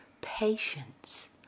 patience